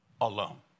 alone